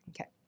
okay